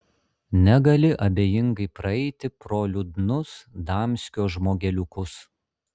negali abejingai praeiti pro liūdnus damskio žmogeliukus